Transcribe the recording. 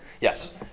yes